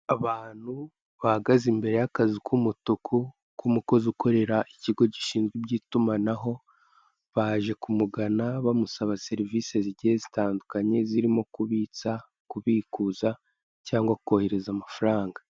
Abantu bahagaze imbere y'akazu k'umutuku k'umukozi ukorera ikigo gishinzwe iby'itumanaho, baje kumugana bamusaba serivisi zigiye zitandukanye zirimo: kubitsa, kubikuza cyangwa kohereza amafaranga.